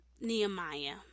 Nehemiah